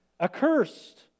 Accursed